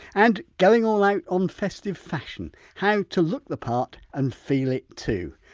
and going all out on festive fashion how to look the part and feel it too.